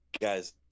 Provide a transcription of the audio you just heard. Guys